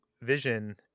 Vision